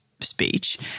speech